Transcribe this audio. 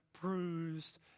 bruised